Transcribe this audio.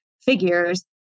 figures